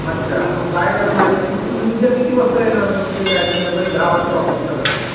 अच्छा मग काय करा मॅडम मग तुम्ही उद्या किती वाजता येणार म्हणजे काय मी सकाळी दहा वाजता ऑफिसला जातो